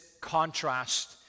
contrast